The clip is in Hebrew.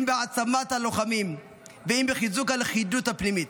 אם בהעצמת הלוחמים ואם בחיזוק הלכידות הפנימית.